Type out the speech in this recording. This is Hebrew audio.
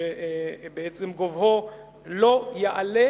שבעצם גובהו לא יעלה,